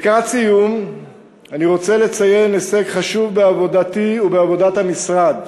לקראת סיום אני רוצה לציין הישג חשוב בעבודתי ובעבודת המשרד.